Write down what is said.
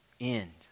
end